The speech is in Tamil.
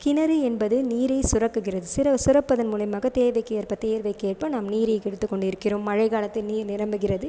கிணறு என்பது நீரை சுரக்கிறது சுரப்பதன் மூலிமாக தேவைக்கேற்ப தேவைக்கேற்ப நாம் நீரை எடுத்துக் கொண்டிருக்கிறோம் மழைக் காலத்தில் நீர் நிரம்புகிறது